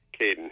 Caden